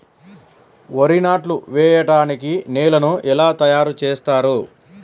వరి నాట్లు వేయటానికి నేలను ఎలా తయారు చేస్తారు?